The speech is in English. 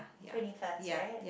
twenty first right